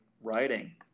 writing